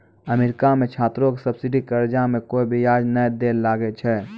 America मे छात्रो के सब्सिडी कर्जा मे कोय बियाज नै दै ले लागै छै